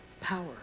Power